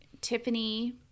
tiffany